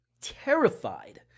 terrified